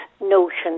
notion